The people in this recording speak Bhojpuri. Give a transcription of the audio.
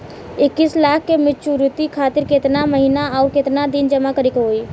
इक्कीस लाख के मचुरिती खातिर केतना के महीना आउरकेतना दिन जमा करे के होई?